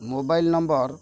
mobile number